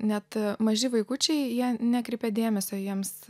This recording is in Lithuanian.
net maži vaikučiai jie nekreipia dėmesio jiems